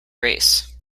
race